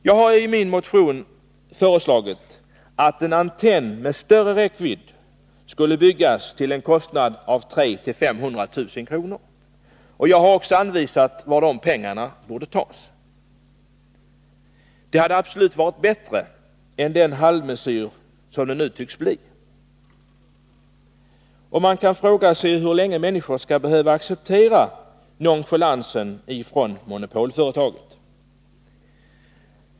Jag har i min motion föreslagit att en antenn med större räckvidd skulle byggas — till en kostnad av 300 000-500 000 kr. Jag har också anvisat var de pengarna kan tas. En sådan lösning hade absolut varit bättre än den halvmesyr som det nu tycks bli. Man kan fråga sig hur länge människor skall behöva acceptera denna nonchalans från monopolföretaget.